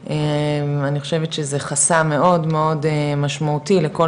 אני חושבת שזה חסם מאוד מאוד משמעותי לכל